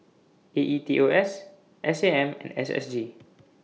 A E T O S S A M and S S G